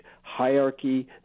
hierarchy